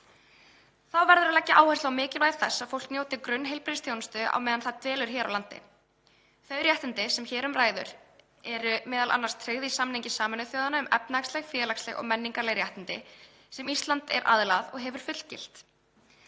Þá verður að leggja áherslu á mikilvægi þess að fólk njóti grunnheilbrigðisþjónustu á meðan það dvelur hér á landi. Þau réttindi sem hér um ræðir eru meðal annars tryggð í samningi Sameinuðu þjóðanna um efnahagsleg, félagsleg og menningarleg réttindi, sem Ísland er aðili að og hefur fullgilt,